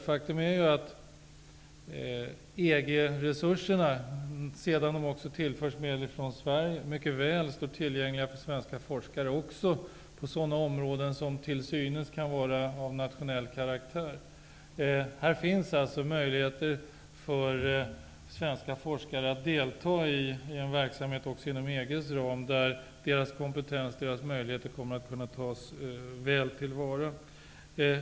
Faktum är ju att EG-resurserna sedan medel från Sverige tillförts är mycket väl tillgängliga för svenska forskare också på områden som är av till synes nationell karaktär. Här finns alltså möjligheter för svenska forskare att också inom EG:s ram delta i en verksamhet där deras kompetens och möjligheter kommer att kunna tas väl till vara.